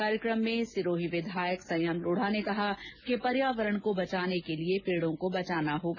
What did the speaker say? कार्यक्रम में सिरोही विधायक संयम लोढा ने कहा कि पर्यावरण को बचाने के लिए पेड़ों को बचाना होगा